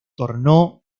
tornó